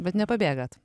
bet nepabėgat